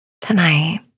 Tonight